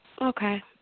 Okay